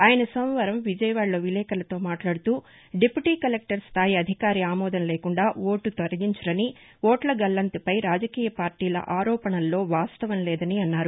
ఆయన సోమవారం విజయవాడలో విలేకర్లతో మాట్లాడుతూ డిఫ్యూటీ కలెక్టర్ స్టాయి అధికారి అమోదం లేకుండా ఓటు తొలగించరని ఓట్ల గల్లంతుపై రాజకీయ పార్లీల ఆరోపణల్లో వాస్తవం లేదని అన్నారు